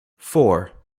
four